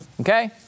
Okay